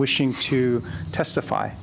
wishing to testify